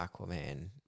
aquaman